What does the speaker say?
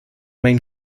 main